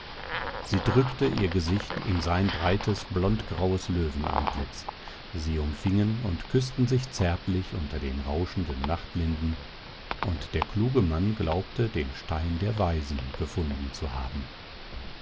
sie drückte ihr gesicht in sein breites blondgraues löwenantlitz sie umfingen und küßten sich zärtlich unter den rauschenden nachtlinden und der kluge mann glaubte den stein der weisen gefunden zu haben